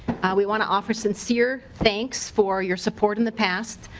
we want to offer sincere thanks for your support in the past.